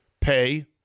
pay